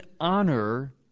honor